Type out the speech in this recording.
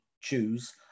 choose